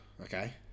okay